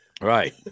Right